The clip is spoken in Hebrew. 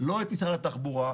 לא את משרד התחבורה,